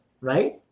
right